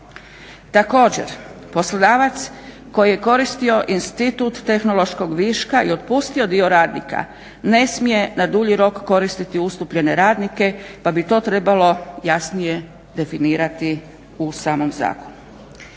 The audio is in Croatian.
Također, poslodavac koji je koristio institut tehnološkog viška i otpustio dio radnika ne smije na dulji rok koristiti ustupljene radnike, pa bi to trebalo jasnije definirati u samom zakonu.